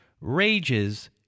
rages